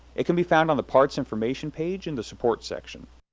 it can be found on the parts information page in the support section.